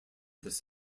this